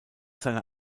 seiner